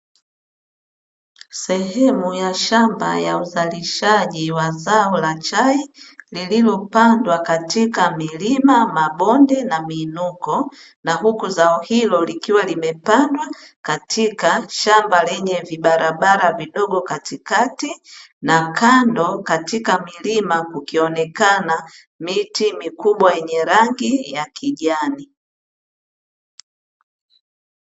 Sehemu ya shamba ya uzalishaji wa zao la chai, lililopandwa katika milima mabonde na miinuko, na huku zao hilo likiwa limepandwa katika shamba lenye vibarabara vidogo katikati, na kando katika milima kukionekana miti mikubwa yenye rangi ya kijani.